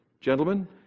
Gentlemen